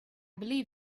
believe